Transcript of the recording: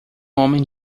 homem